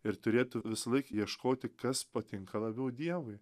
ir turėtų visąlaik ieškoti kas patinka labiau dievui